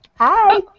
Hi